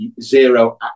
zero